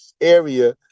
area